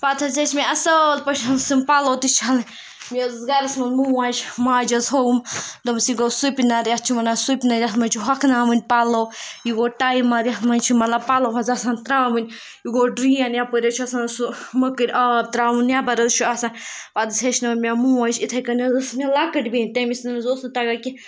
پَتہٕ حظ ٲسۍ مےٚ اَصٕل پٲٹھۍ تِم پَلو تہِ چھَلٕنۍ مےٚ حظ ٲس گَرَس منٛز موج ماجہِ حظ ہووُم دوٚپمَس یہِ گوٚو سپنَر یَتھ چھِ وَنان سپنَر یَتھ منٛز چھِ ہۄکھناوٕنۍ پَلو یہِ گوٚو ٹایمَر یَتھ منٛز چھِ مطلب پَلو حظ آسان ترٛاوٕنۍ یہِ گوٚو ڈرٛین یَپٲرۍ حظ چھِ آسان سُہ مٔکٕرۍ آب ترٛاوُن نٮ۪بَر حظ چھُ آسان پَتہٕ حظ ہیٚچھنٲو مےٚ موج اِتھَے کٔنۍ حظ ٲس مےٚ لَکٕٹۍ بیٚنہِ تٔمِس تہِ نہ حظ اوس نہٕ تگان کہِ